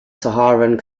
saharan